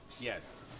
Yes